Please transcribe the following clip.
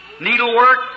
needlework